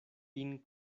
lin